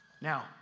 Now